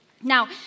Now